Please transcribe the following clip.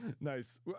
nice